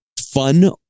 fun